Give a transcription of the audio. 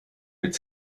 mit